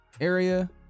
area